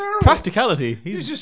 Practicality